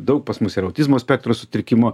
daug pas mus ir autizmo spektro sutrikimo